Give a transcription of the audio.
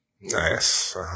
Nice